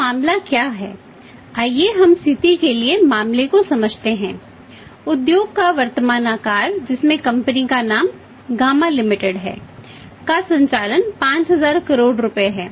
तो मामला क्या है आइए हम स्थिति के लिए मामले को समझते हैं उद्योग का वर्तमान आकार जिसमें कंपनी का नाम घामा लिमिटेड है का संचालन 5000 करोड़ रुपये है